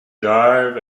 dive